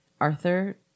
Arthur